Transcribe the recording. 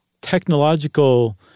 technological